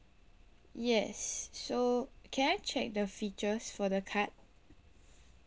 yes so can I check the features for the card